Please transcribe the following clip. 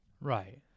Right